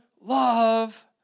love